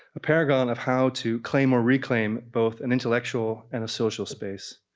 a paragon of how to claim or reclaim both an intellectual and a social space,